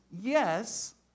Yes